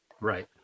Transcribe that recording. Right